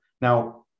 Now